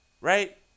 right